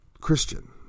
Christian